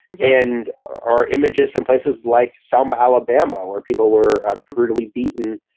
and our images from places like selma, alabama, where people were brutally beaten,